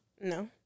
no